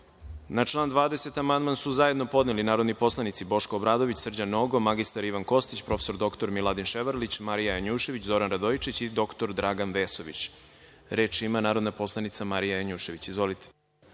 član 20. amandman su zajedno podneli narodni poslanici Boško Obradović, Srđan Nogo, mr Ivan Kostić, prof. dr Miladin Ševarlić, Marija Janjušević, Zoran Radojčić i dr Dragan Vesović. Reč ima narodna poslanica Marija Janjušević. Izvolite.